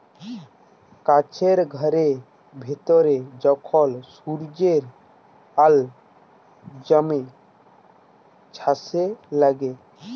কাছের ঘরের ভিতরে যখল সূর্যের আল জ্যমে ছাসে লাগে